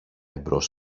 εμπρός